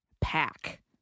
pack